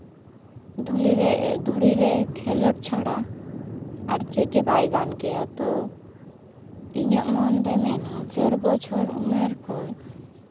ᱫᱷᱩᱞᱤ ᱨᱮ ᱫᱷᱩᱲᱤ ᱨᱮ ᱠᱷᱮᱞᱳᱰ ᱪᱷᱟᱲᱟ ᱟᱨ ᱪᱮᱫ ᱜᱮ ᱵᱟᱭ ᱜᱟᱱ ᱠᱮᱭᱟ ᱛᱳ ᱤᱧᱟᱹᱜ ᱢᱚᱱᱫᱚ ᱢᱮᱱᱟ ᱰᱮᱲ ᱵᱚᱪᱷᱚᱨ ᱩᱢᱮᱨ ᱠᱷᱚᱱ